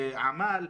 עמל,